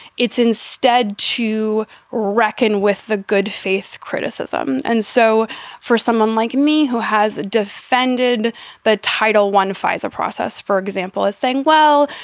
it's instead to reckon with the good faith criticism. and so for someone like me who has defended the title, one fisa process, for example, is saying, well,